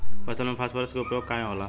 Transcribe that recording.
फसल में फास्फोरस के उपयोग काहे होला?